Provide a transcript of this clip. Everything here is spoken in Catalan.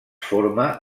forma